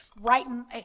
writing